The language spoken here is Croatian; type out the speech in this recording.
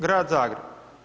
Grad Zagreb.